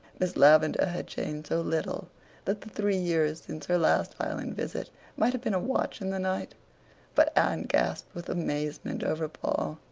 miss lavendar had changed so little that the three years since her last island visit might have been a watch in the night but anne gasped with amazement over paul.